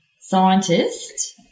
scientist